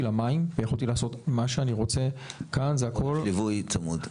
למים ויכולתי לעשות מה שאני רוצה כאן זה הכול עם ליווי צמוד.